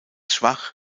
schwach